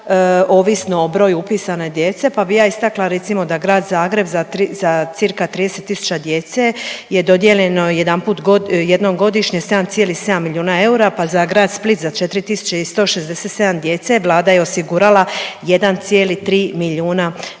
ovisno o broju upisane djece pa bi istakla da recimo grad Zagreb za cirka 30 tisuća djece je dodijeljeno jedanput, jednom godišnje 7,7 milijuna eura pa za grad Split za 4.167 djece Vlada je osigurala 1,3 milijuna eura,